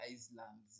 Iceland